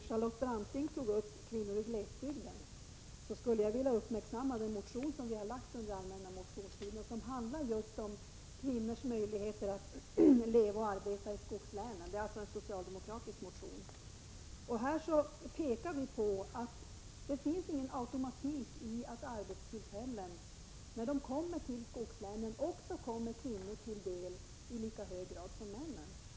Herr talman! Eftersom Charlotte Branting talade om kvinnorna i glesbygden skulle jag vilja fästa uppmärksamheten på den motion som vi socialdemokrater har väckt under den allmänna motionstiden och som handlar just om kvinnors möjligheter att leva och arbeta i skogslänen. I motionen pekar vi på att det inte finns någon automatik i att arbetstillfällena i skogslänen också kommer kvinnor till del i lika hög grad som männen.